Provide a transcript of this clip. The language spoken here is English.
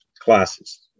classes